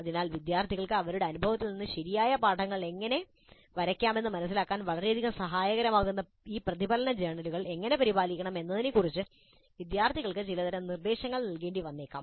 അതിനാൽ വിദ്യാർത്ഥികൾക്ക് അവരുടെ അനുഭവത്തിൽ നിന്ന് ശരിയായ പാഠങ്ങൾ എങ്ങനെ വരയ്ക്കാമെന്ന് മനസിലാക്കാൻ വളരെ സഹായകരമാകുന്ന ഈ പ്രതിഫലന ജേർണലുകൾ എങ്ങനെ പരിപാലിക്കണം എന്നതിനെക്കുറിച്ച് ഞങ്ങൾ വിദ്യാർത്ഥികൾക്ക് ചിലതരം നിർദ്ദേശങ്ങൾ നൽകേണ്ടി വന്നേക്കാം